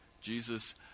Jesus